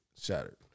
shattered